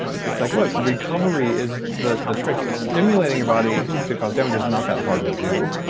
it's like, look, recovery is the the trick. stimulating your body to cause damage is not that hard to do.